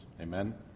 Amen